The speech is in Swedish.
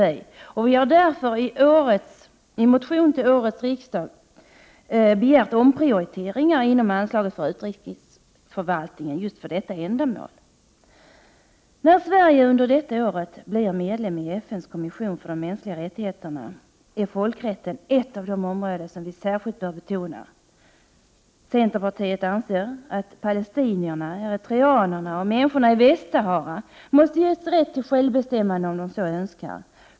Vi har därför i en centermotion till årets riksdag begärt omprioriteringar inom anslaget för utrikesförvaltningen just för detta ändamål. När Sverige under detta år blir medlem av FN:s kommission för de mänskliga rättigheterna är folkrätten ett av de områden som vi särskilt bör betona. Centerpartiet anser att palestinierna, eritreanerna och människorna i Väst-Sahara måste ges rätt till självbestämmande, om de så önskar.